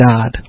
God